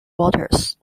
waters